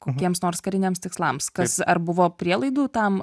kokiems nors kariniams tikslams kas ar buvo prielaidų tam